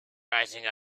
rising